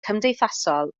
cymdeithasol